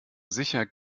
sicher